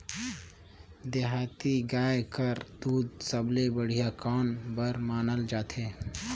देहाती गाय कर दूध सबले बढ़िया कौन बर मानल जाथे?